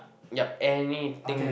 yup anything